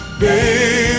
baby